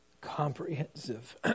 comprehensive